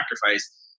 sacrifice